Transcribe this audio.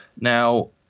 Now